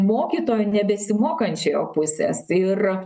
mokytojo nebesimokančiojo pusės ir